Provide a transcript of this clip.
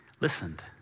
listened